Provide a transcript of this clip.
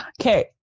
Okay